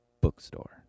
bookstore